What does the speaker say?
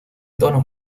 tonos